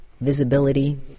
visibility